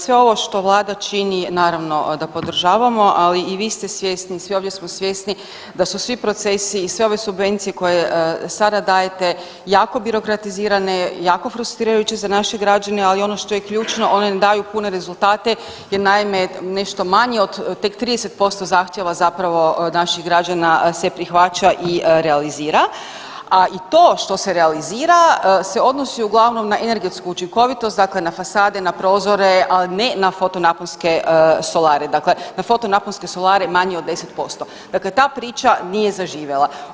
Sve ovo što vlada čini naravno da podržavamo, ali i vi ste svjesni, svi ovdje smo svjesni da su svi procesi i sve ove subvencije koje sada dajete jako birokratizirane, jako frustrirajuće za naše građane, ali ono što je ključno one ne daju pune rezultate jer naime nešto manje od tek 30% zahtjeva zapravo naših građana se prihvaća i realizira, a i to što se realizira se odnosi uglavnom na energetsku učinkovitost dakle na fasade, na prozore, ali ne na fotonaponske solare, dakle na fotonaponske solare manje od 10%, dakle, ta priča nije zaživjela.